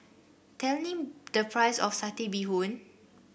tell me the price of Satay Bee Hoon